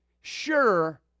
sure